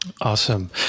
Awesome